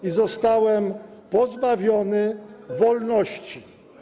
I zostałem pozbawiony wolności.